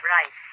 Right